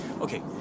Okay